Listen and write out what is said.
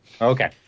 Okay